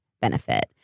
benefit